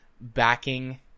backing